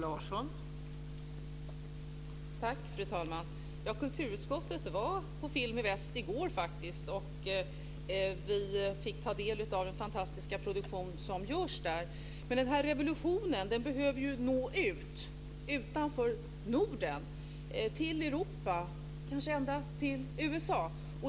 Fru talman! Kulturutskottet var på Film i Väst i går, faktiskt. Vi fick ta del av den fantastiska produktion som görs där. Men denna revolution behöver nå ut utanför Norden till Europa och kanske ända till USA.